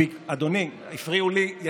אדוני, הפריעו לי.